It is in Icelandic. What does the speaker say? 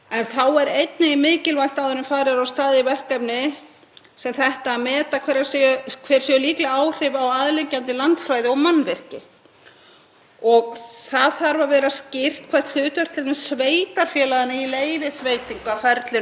Það þarf að vera skýrt hvert hlutverk t.d. sveitarfélaganna í leyfisveitingaferlinu er, hver eigi að bera ábyrgð á afleiddu tjóni sem mögulega getur orðið þar sem land sem hefur verið framræst í fjölda ára er endurheimt.